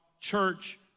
church